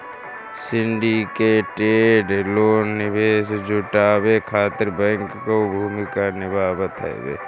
syndicated loan निवेश जुटावे खातिर बैंक कअ भूमिका निभावत हवे